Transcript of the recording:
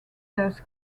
does